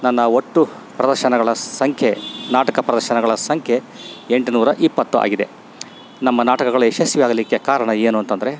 ನನ್ನ ಒಟ್ಟು ಪ್ರದರ್ಶನಗಳ ಸಂಖ್ಯೆ ನಾಟಕ ಪ್ರದರ್ಶನಗಳ ಸಂಖ್ಯೆ ಎಂಟು ನೂರ ಇಪ್ಪತ್ತು ಆಗಿದೆ ನಮ್ಮ ನಾಟಕಗಳು ಯಶಸ್ವಿ ಆಗಲಿಕ್ಕೆ ಕಾರಣ ಏನು ಅಂತಂದರೆ